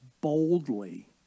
boldly